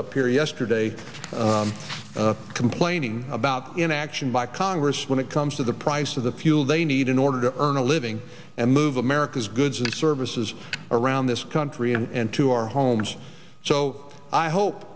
up here yesterday complaining about inaction by congress when it comes to the price of the fuel they need in order to earn a living and move america's goods and services around this country and to our homes so i hope